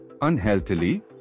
Unhealthily